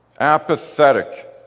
apathetic